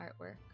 artwork